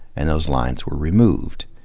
and those lines were removed.